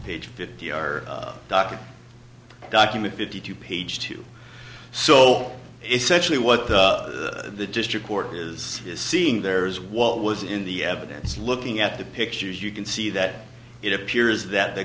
page fifty our docket document fifty two page two so essentially what the district court is seeing there is what was in the evidence looking at the pictures you can see that it appears that the